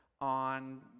on